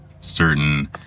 certain